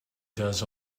does